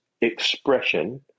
expression